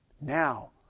Now